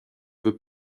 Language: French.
peux